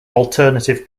alternative